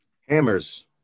Hammers